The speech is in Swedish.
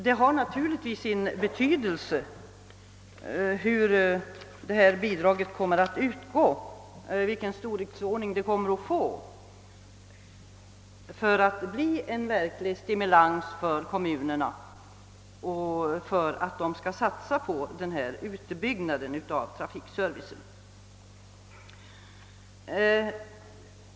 Det har givetvis sin betydelse att veta i vilka fall bidraget kommer att utgå och vilken storleksordning det kommer att få, så att man kan se om det blir en verklig stimulans för kommunerna och om kommunerna skall kunna satsa på en utbyggnad av trafikservicen.